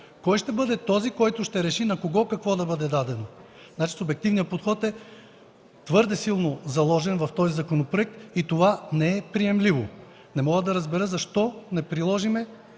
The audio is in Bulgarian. Кой ще бъде този, който ще реши на кого какво да бъде дадено? Субективният подход е твърде силно заложен в този законопроект и това не е приемливо. Не мога да разбера защо не приложим